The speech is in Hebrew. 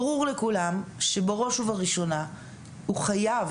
ברור לכולם שבראש ובראשונה הוא חייב